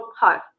half